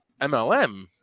MLM